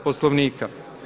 Poslovnika.